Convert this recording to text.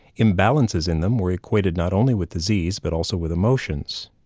imbalances in them were equated not only with disease, but also with emotions.